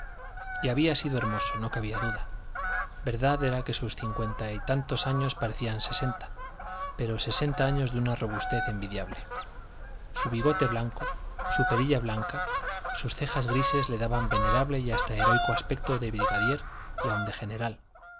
y había sido hermoso no cabía duda verdad era que sus cincuenta y tantos años parecían sesenta pero sesenta años de una robustez envidiable su bigote blanco su perilla blanca sus cejas grises le daban venerable y hasta heroico aspecto de brigadier y aun de general